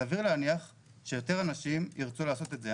סביר להניח שיותר אנשים ירצו לעשות את זה.